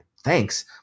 Thanks